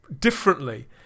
differently